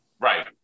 Right